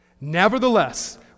nevertheless